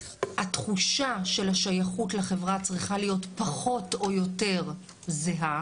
התחושה של השייכות לחברה צריכה להיות פחות או יותר זהה.